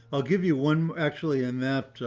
i'll give you one actually, in that.